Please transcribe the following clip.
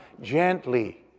gently